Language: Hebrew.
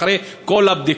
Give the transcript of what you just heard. אחרי כל הבדיקות,